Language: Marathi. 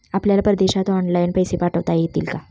आपल्याला परदेशात ऑनलाइन पैसे पाठवता येतील का?